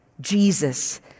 Jesus